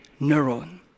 neuron